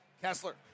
Kessler